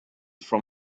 from